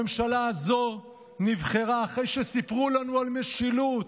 הממשלה הזו נבחרה אחרי שסיפרו לנו על משילות,